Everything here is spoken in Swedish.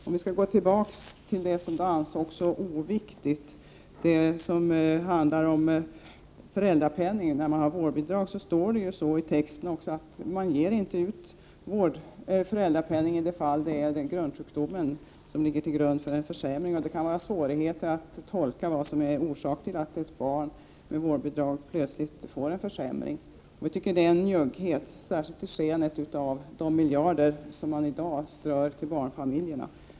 Om vi skall gå tillbaka till det som ansågs oviktigt, det som handlar om föräldrapenningen när man har vårdnadsbidrag, vill jag säga att det står i texten att man inte ger ut föräldrapenning i de fall då det är grundsjukdomen som ligger till grund för försämringen och det kan vara förenat med svårigheter att tolka vad som är orsak till att ett barn med vårdnadsbidrag plötsligt får en försämring. Vi tycker att det är en njugghet, särskilt i skenet av de miljarder som man i dag strör ut till barnfamiljerna.